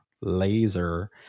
laser